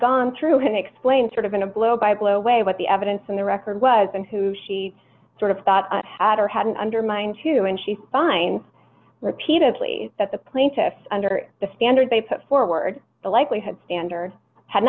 gone through had explained sort of in a blow by blow away what the evidence in the record was and who she sort of thought had or hadn't undermined two and she finds repeatedly that the plaintiffs under the standard they put forward the likelihood standard had